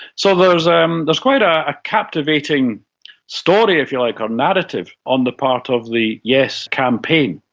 so there's um there's quite a ah captivating story, if you like, or narrative on the part of the yes campaign.